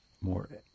more